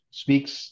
speaks